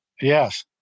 Yes